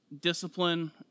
discipline